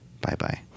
Bye-bye